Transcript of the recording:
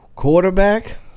Quarterback